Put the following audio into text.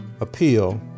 appeal